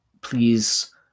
please